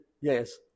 Yes